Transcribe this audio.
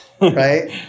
Right